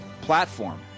platform